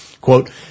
Quote